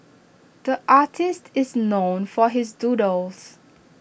the artist is known for his doodles